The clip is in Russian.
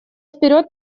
вперед